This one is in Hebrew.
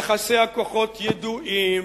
יחסי הכוחות ידועים,